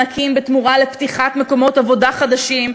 אפשר היה לתת אותם כמענקים בתמורה לפתיחת מקומות עבודה חדשים.